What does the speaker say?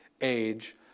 age